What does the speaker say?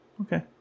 okay